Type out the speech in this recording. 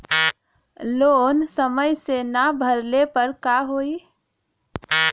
Loan समय से ना भरले पर का होयी?